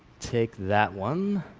take that one.